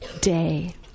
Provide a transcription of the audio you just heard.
day